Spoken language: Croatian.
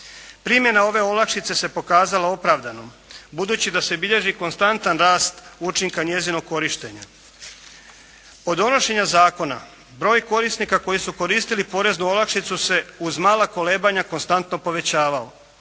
Primjena ove olakšice se pokazala opravdanom budući da se bilježi konstantan rast učinka njezinog korištenja. Od donošenja zakona, broj korisnika koji su koristili poreznu olakšicu se uz mala kolebanja konstantno povećavao.